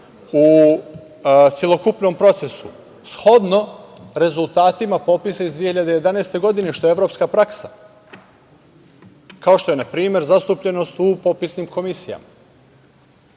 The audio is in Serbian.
u celokupnom procesu, shodno rezultatima popisa iz 2011. godine, što je evropska praksa, kao što je, na primer, zastupljenost u popisnim komisijama. Dakle,